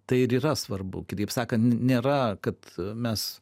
tai ir yra svarbu kitaip sakant nėra kad mes